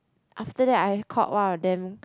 after that I caught one of them